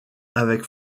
avec